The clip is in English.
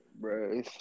bro